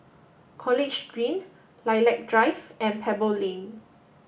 College Green Lilac Drive and Pebble Lane